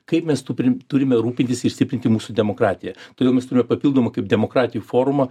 kaip mes tuprim turime rūpintis ir stiprinti mūsų demokratiją todėl mes turime papildomą kaip demokratijų formą